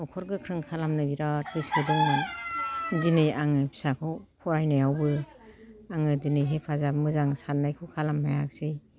न'खर गोख्रों खालामनो बेराद गोसो दङमोन दिनै आङो फिसाखौ फरायनायावबो आङो दिनै हेफाजाब मोजां साननायखौ खालामनो हायासै